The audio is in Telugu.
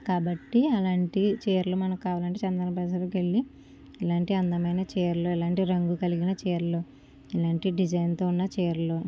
కాబట్టి అలాంటి చీరలు మనకు కావాలంటే చందన బ్రదర్స్కి వెళ్ళి ఇలాంటి అందమైన చీరలు ఇలాంటి రంగు కలిగిన చీరలు ఇలాంటి డిజైన్తో ఉన్న చీరలు